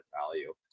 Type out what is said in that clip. value